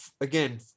again